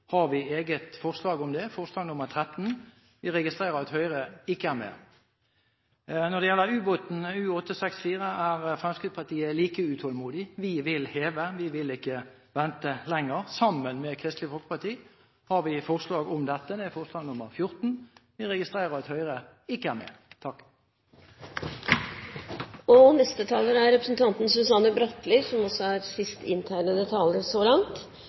har vi et eget forslag om det, forslag nr. 13. Vi registrerer at Høyre ikke er med. Når det gjelder ubåten U-864, er Fremskrittspartiet like utålmodig. Vi vil heve, vi vil ikke vente lenger. Sammen med Kristelig Folkeparti har vi et forslag om dette, det er forslag nr. 14. Jeg registrerer at Høyre ikke er med. Susanne Bratli har hatt ordet to ganger og